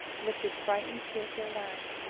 lifted frightened, tear-filled eyes,